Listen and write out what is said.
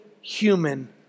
human